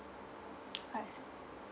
I see